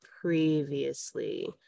previously